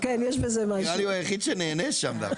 כל אלה נושאים שבאמת צריך לדון בהם.